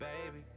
Baby